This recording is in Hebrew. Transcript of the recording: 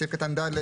סעיף קטן (ד)